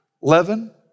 leaven